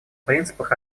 принципах